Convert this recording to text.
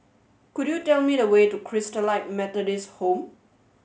could you tell me the way to Christalite Methodist Home